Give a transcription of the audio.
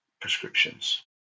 prescriptions